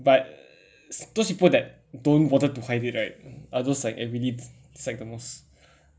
but those people that don't bother to hide it right are those like I really dislike the most